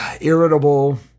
irritable